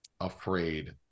afraid